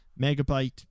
Megabyte